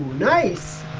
nice